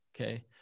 okay